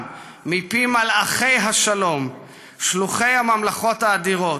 מפי מלאכי השלום שלוחי הממלכות האדירות"